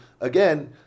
again